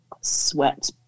sweat